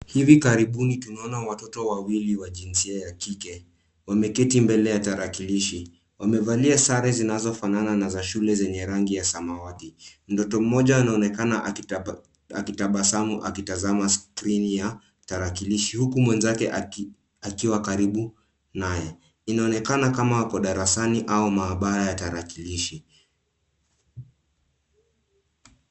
Hivi karibuni tunaona watoto wawili wa jinsia ya kike. Wameketi mbele ya tarakilishi. Wamevalia sare zinazofanana na za shule zenye rangi ya samawati. Mtoto mmoja anaonekana akitabasamu akitazama skrini ya tarakilishi huku mwenzake akiwa karibu naye. Inaonekana kama ako darasani au maabara ya tarakilishi.